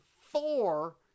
four